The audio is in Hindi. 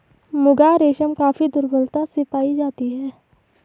मुगा रेशम काफी दुर्लभता से पाई जाती है